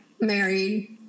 married